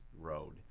road